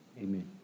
Amen